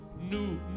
New